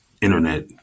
Internet